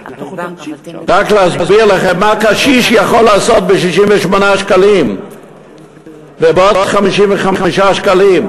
רק להסביר לכם מה קשיש יכול לעשות ב-68 שקלים ובעוד 55 שקלים,